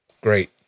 Great